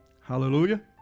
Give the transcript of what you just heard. Hallelujah